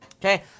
Okay